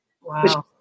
Wow